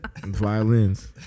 Violins